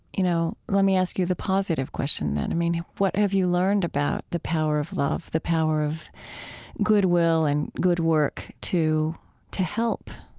you know, let me ask you the positive question then. mean, what have you learned about the power of love, the power of good will and good work to to help?